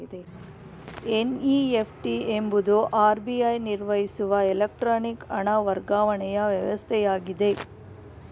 NEFT ಎಂಬುದು RBI ನಿರ್ವಹಿಸುವ electronic ಹಣ ವರ್ಗಾವಣೆಯ ವ್ಯವಸ್ಥೆಯಾಗಿದೆ